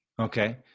Okay